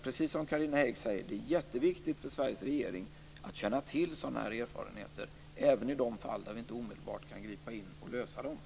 Precis som Carina Hägg säger är det jätteviktigt för Sveriges regering att känna till sådan här erfarenheter även i de fall där vi inte omedelbart kan gripa in och lösa problemen.